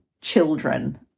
children